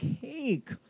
cake